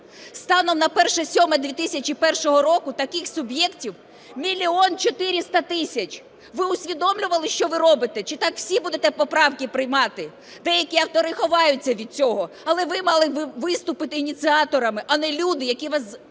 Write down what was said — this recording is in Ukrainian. Станом на 01.07.2001 року таких суб'єктів – 1 мільйон 400 тисяч. Ви усвідомлювали, що ви робите, чи так всі будете поправки приймати? Деякі автори ховаються від цього. Але ви мали виступити ініціаторами, а не люди, які вас змусили